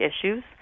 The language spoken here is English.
issues